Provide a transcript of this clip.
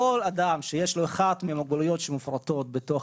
כל אדם שיש לו אחת מהמוגבלויות שמפורטות בתוך